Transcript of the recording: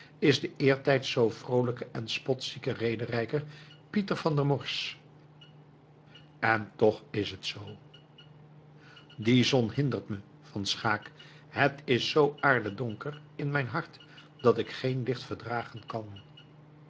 is de eertijds zoo vroolijke en spotzieke rederijker pieter van der morsch en toch is het zoo die zon hindert me van schaeck het is zoo aardedonker in mijn hart dat ik geen licht verdragen kan